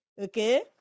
okay